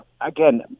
Again